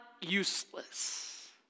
useless